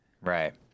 Right